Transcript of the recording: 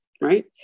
right